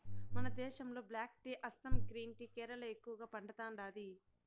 మన దేశంలో black tea Assam green tea Kerala ఎక్కువగా పండతాండాది